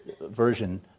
version